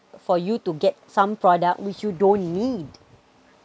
for you to get some product which you don't need